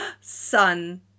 Sun